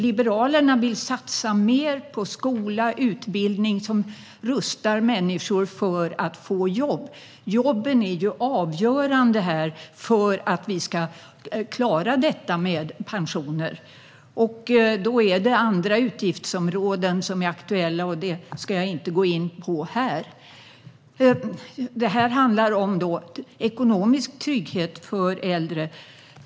Liberalerna vill satsa mer på skola och utbildning som rustar människor för att få jobb. Jobben är ju avgörande för att vi ska klara detta med pensioner. Då är det andra utgiftsområden som är aktuella, och dessa ska jag inte gå in på här. Det här handlar om ekonomisk trygghet för äldre.